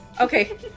Okay